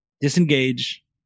disengage